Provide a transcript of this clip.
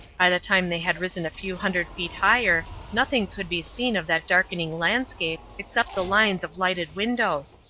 by the time they had risen a few hundred feet higher nothing could be seen of that darkening landscape except the lines of lighted windows,